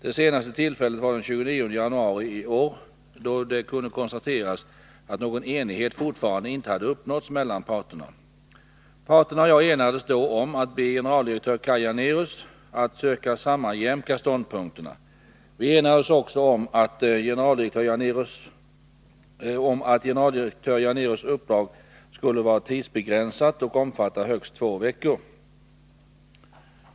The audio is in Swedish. Det senaste tillfället var den 29 januari i år, då det kunde konstateras att någon enighet fortfarande inte hade uppnåtts mellan 67 parterna. Parterna och jag enades då om att be generaldirektör Kaj Janérus att söka sammanjämka ståndpunkterna. Vi enades också om att generaldirektör Janérus uppdrag skulle vara tidsbegränsat och omfatta högst två veckor.